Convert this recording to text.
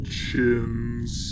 chins